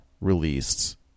released